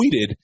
tweeted